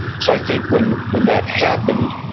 so i think when when that happened,